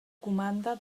comanda